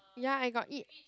ya I got eat